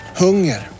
hunger